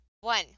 One